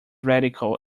radical